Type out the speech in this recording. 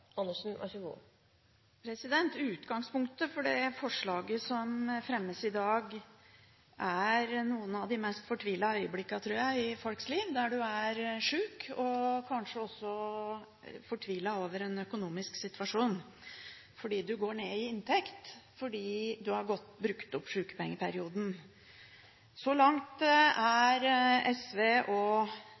noen av de mest fortvilte øyeblikkene i folks liv – man er sjuk og kanskje også fortvilt over en økonomisk situasjon, fordi man går ned i inntekt, fordi man har brukt opp sjukepengeperioden. Så langt er SV